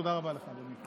תודה רבה לך, אדוני.